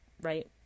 right